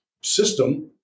system